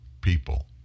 people